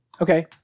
Okay